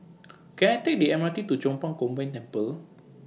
Can I Take The M R T to Chong Pang Combined Temple